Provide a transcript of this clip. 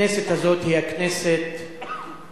הכנסת הזו היא הכנסת הבלתי-סובלנית,